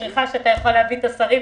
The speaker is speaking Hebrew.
אשריך שאתה יכול להביא את השרים,